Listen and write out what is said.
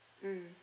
mm